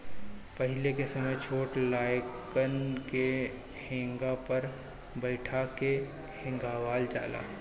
पहिले के समय छोट लइकन के हेंगा पर बइठा के हेंगावल जाला